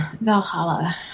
Valhalla